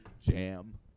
Jam